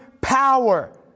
power